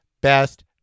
best